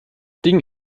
ding